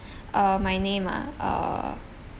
uh my name is ah uh